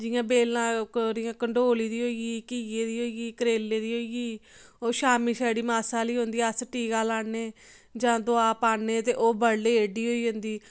जियां बेलां ओह्दियां कंडोली दी होई गेई घिये दी होई गेई करेले दी होई गेई ओह् शामी छड़ी मासा आहली होंदी अस टीका लान्ने जां दवा पान्ने ओह् ते बडले गी एड्डी होई जंदी